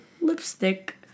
lipstick